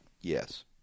Yes